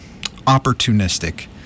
opportunistic